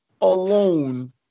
alone